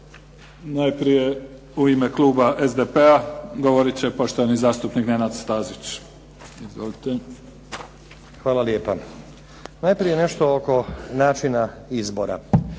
Najprije u ime kluba SDP-a govorit će poštovani zastupnik Nenad Stazić. Izvolite. **Stazić, Nenad (SDP)** Hvala lijepa. Najprije nešto oko načina izbora.